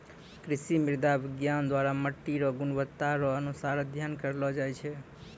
कृषि मृदा विज्ञान द्वरा मट्टी रो गुणवत्ता रो अनुसार अध्ययन करलो जाय छै